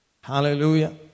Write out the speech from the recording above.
Hallelujah